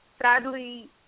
sadly